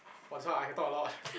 what's up I can talk a lot